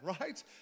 right